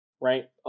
right